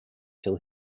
till